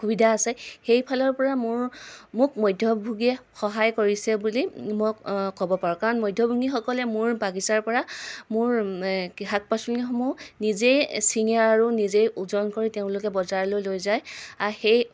অসুবিধা আছে সেইফালৰ পৰা মোৰ মোক মধ্যভূগীয়ে সহায় কৰিছে বুলি মই ক'ব পাৰোঁ কাৰণ মধ্যভূগীসকলে মোৰ বাগিচাৰ পৰা মোৰ শাক পাচলিসমূহ নিজেই চিঙে আৰু নিজেই ওজন কৰি তেওঁলোকে বজাৰলৈ লৈ যায় আৰু সেই